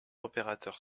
opérateur